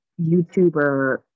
YouTuber